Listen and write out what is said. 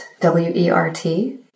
W-E-R-T